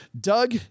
Doug